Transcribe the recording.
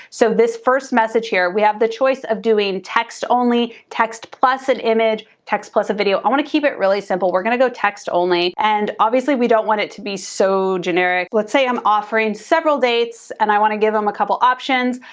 so this first message here, we have the choice of doing text only, text plus an image, text plus a video. i wanna keep it really simple. we're gonna go text only. and obviously we don't want it to be so generic. let's say i'm offering several dates and i wanna give them a couple options.